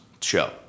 show